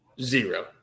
Zero